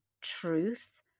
truth